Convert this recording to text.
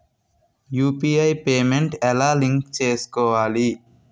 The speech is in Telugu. యు.పి.ఐ పేమెంట్ ఎలా లింక్ చేసుకోవాలి?